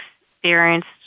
experienced